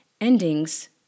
endings